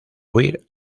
huir